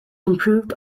improved